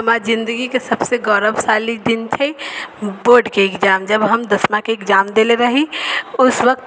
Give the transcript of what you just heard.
हमरा जिंदगी के सबसे गौरवशाली दिन छै बोर्ड के एग्जाम जब हम दसमा के एग्जाम देले रही उस वक्त